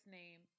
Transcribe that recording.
name